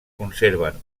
conserven